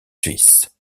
suisses